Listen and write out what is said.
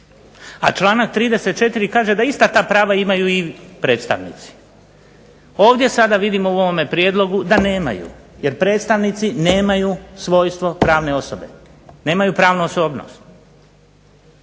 a članak 34. kaže da ista ta prava imaju predstavnici. Ovdje sada vidimo u ovome prijedlogu da nemaju jer predstavnici nemaju svojstvo pravne osobe, nemaju pravnu osobnost.